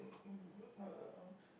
uh